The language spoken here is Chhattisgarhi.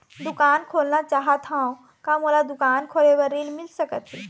दुकान खोलना चाहत हाव, का मोला दुकान खोले बर ऋण मिल सकत हे?